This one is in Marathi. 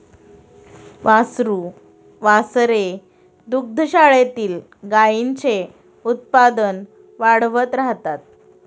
वासरू वासरे दुग्धशाळेतील गाईंचे उत्पादन वाढवत राहतात